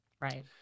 Right